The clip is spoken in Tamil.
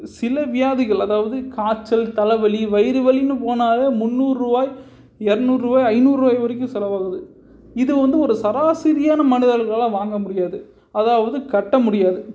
சில வியாதிகள் அதாவது காய்ச்சல் தலை வலி வயிறு வலினு போனாவே முன்னூறு ரூபாய் எரநூறு ரூபாய் ஐநூறு ரூபாய் வரைக்கும் செலவாகுது இது வந்து ஒரு சராசரியான மனிதர்களால் வாங்க முடியாது அதாவது கட்ட முடியாது